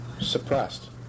suppressed